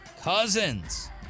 Cousins